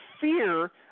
fear